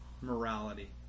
morality